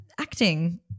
acting